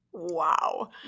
Wow